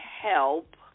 help